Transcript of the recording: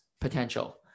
potential